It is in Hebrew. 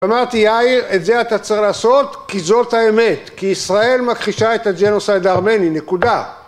אמרתי, יאיר, את זה אתה צריך לעשות כי זאת האמת, כי ישראל מכחישה את הג'נוסייד הארמני, נקודה.